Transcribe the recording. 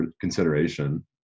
consideration